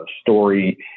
story